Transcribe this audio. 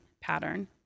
pattern